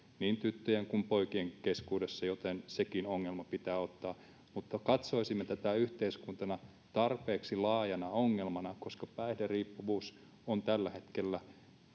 niin tyttöjen kuin poikienkin keskuudessa joten sekin ongelma pitää ottaa vakavasti mutta että katsoisimme tätä yhteiskuntana tarpeeksi laajana ongelmana koska päihderiippuvuus on tällä hetkellä